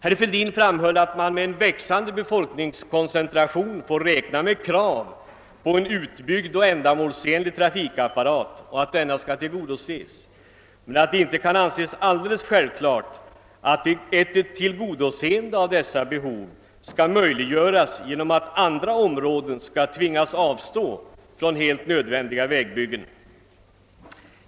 Herr Fälldin framhöll att man med en växande befolkningskoncentration måste räkna med krav på en utbyggd och ändamålsenlig trafikapparat och att denna bör tiligodoses, men att det inte kan anses alldeles självklart att ett tillgodoseende av dessa behov skall möjliggöras genom att andra områden tvingas avstå från helt nödvändiga vägbyggen.